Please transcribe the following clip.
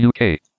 UK